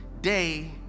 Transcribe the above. day